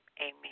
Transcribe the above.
Amen